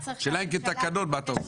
השאלה אם כתקנון מה אתה אומר.